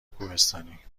کوهستانی